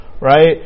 right